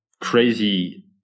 crazy